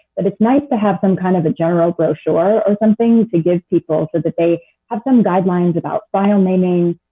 but it's nice to have some kind of a general brochure or something to give people so that they have some guidelines about file naming,